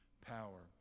power